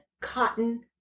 Cotton